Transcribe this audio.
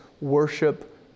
Worship